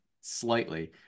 slightly